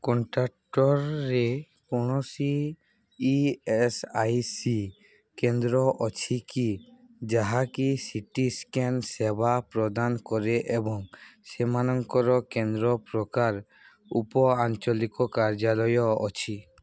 କର୍ଣ୍ଣାଟକରେ କୌଣସି E S I C କେନ୍ଦ୍ର ଅଛି କି ଯାହାକି ସି ଟି ସ୍କାନ୍ ସେବା ପ୍ରଦାନ କରେ ଏବଂ ସେମାନଙ୍କର କେନ୍ଦ୍ର ପ୍ରକାର ଉପଆଞ୍ଚଳିକ କାର୍ଯ୍ୟାଳୟ ଅଛି